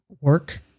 work